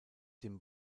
dem